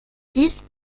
dix